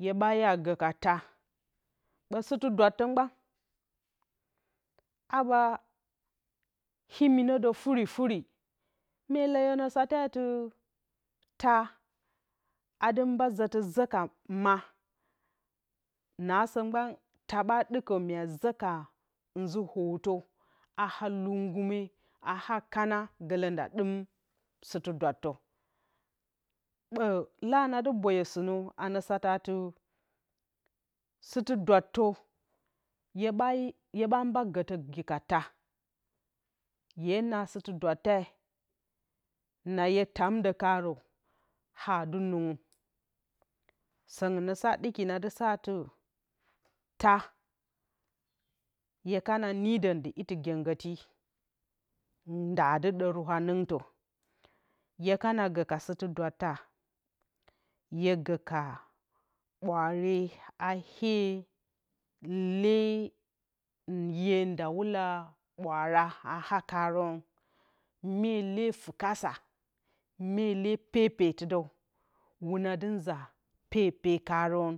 Hye ɓa iya a go ka taa, ɓo sutɨ dwottə gɓan imi nə doh furi furi mye leyema sata ti, taa a ndu mbo zətə zə ka ma, naso gban taa ɓa ɗuko mya za ka nzu oto a haa lu ngume a ha leane, golo nda dum suh dwatə, ɓlana ndu boyo sunə ano sataati sutɨ dwattə, hye ɓa mba gotə gi ka taa hye na sutɨ dwatte na hye tam do ka ro haa ndu nunggu, soangno na sa ɗuki nasada tan, hye kano, nidon dɨ iti gyegonti nda du ɗoro hanɨngtɨ hye kana go ka suttɨ dwataa hye go ka ɓwaare a hye le hye ndawola buraara a hakaron mye le fukasa mye le pepetɨdəw wuna ndu nza pepe karon